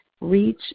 reach